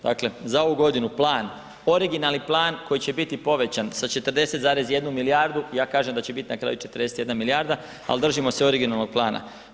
Dakle za ovu godinu plan, originalni plan koji će biti povećan sa 40,1 milijardu, ja kažem da će biti na kraju 21 milijarda ali držimo se originalnog plana.